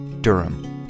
Durham